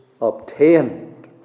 obtained